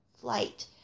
flight